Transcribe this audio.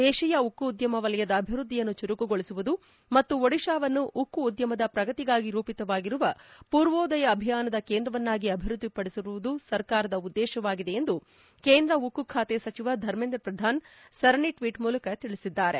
ದೇಶೀಯ ಉಕ್ಕು ಉದ್ಯಮ ವಲಯದ ಅಭಿವೃದ್ದಿಯನ್ನು ಚುರುಕುಗೊಳಿಸುವುದು ಮತ್ತು ಒಡಿಶಾವನ್ನು ಉಕ್ಕು ಉದ್ಯಮದ ಪ್ರಗತಿಗಾಗಿ ರೂಪಿತವಾಗಿರುವ ಪೂರ್ವೋದಯ ಅಭಿಯಾನದ ಕೇಂದ್ರವನ್ನಾಗಿ ಅಭಿವೃದ್ದಿಪಡಿಸುವುದು ಸರ್ಕಾರದ ಉದ್ದೇಶವಾಗಿದೆ ಎಂದು ಕೇಂದ್ರ ಉಕ್ಕು ಖಾತೆಯ ಸಚಿವ ಧರ್ಮೇಂದ್ರ ಪ್ರಧಾನ್ ಸರಣಿ ಟ್ವೀಟ್ ಮೂಲಕ ತಿಳಿಸಿದ್ದಾರೆ